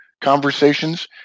conversations